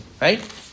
Right